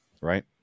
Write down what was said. Right